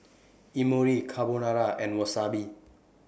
Imoni Carbonara and Wasabi